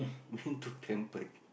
being too pampered